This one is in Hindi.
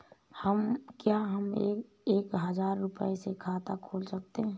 क्या हम एक हजार रुपये से खाता खोल सकते हैं?